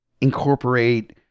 incorporate